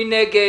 מי נגד?